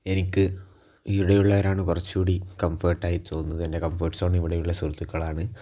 എനിക്ക് ഇവിടെയുള്ളവരാണ് കുറച്ചുകൂടി കംഫേർട്ട് ആയി തോന്നുന്നത് എൻ്റെ കംഫേർട്ട് സോൺ ഇവിടെയുള്ള സുഹൃത്തുക്കളാണ്